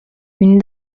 une